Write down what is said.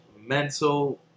mental